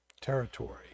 Territory